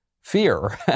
fear